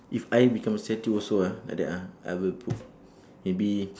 if I become a statue also ah like that ah I will put maybe